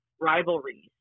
rivalries